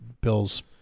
Bill's